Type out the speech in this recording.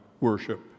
worship